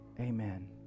Amen